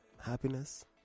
happiness